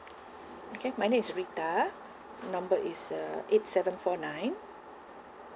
okay my name is rita number is uh eight seven four nine